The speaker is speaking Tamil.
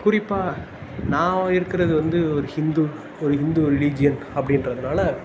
குறிப்பாக நான் இருக்கிறது வந்து ஒரு ஹிந்து ஒரு ஹிந்து ரிலீஜியன் அப்படின்றதுனால